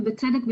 בצדק,